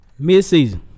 midseason